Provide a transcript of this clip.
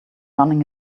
running